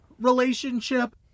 relationship